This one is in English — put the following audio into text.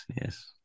yes